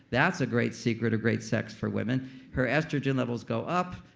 that's a great secret of great sex for women her estrogen levels go up.